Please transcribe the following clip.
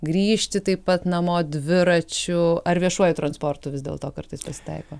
grįžti taip pat namo dviračiu ar viešuoju transportu vis dėlto kartais pasitaiko